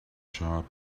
sharp